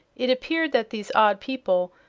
it appeared that these odd people,